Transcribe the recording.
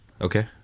Okay